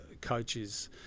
coaches